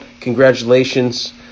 Congratulations